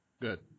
Good